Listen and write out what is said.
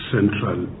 Central